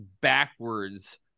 backwards